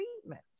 treatment